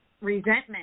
resentment